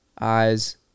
Eyes